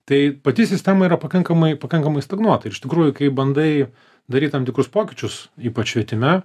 tai pati sistema yra pakankamai pakankamai stagnuota iš tikrųjų kai bandai daryt tam tikrus pokyčius ypač švietime